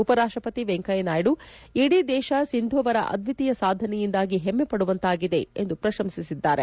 ಉಪರಾಷ್ಟಪತಿ ವೆಂಕಯ್ಯನಾಯ್ದು ಇಡೀ ದೇಶ ಸಿಂಧು ಅವರ ಅದ್ವಿತೀಯ ಸಾಧನೆಯಿಂದಾಗಿ ಹೆಮ್ನೆ ಪಡುವಂತಾಗಿದೆ ಎಂದು ಪ್ರಶಂಸಿಸಿದ್ದಾರೆ